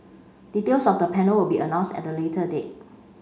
details of the panel will be announced at the later date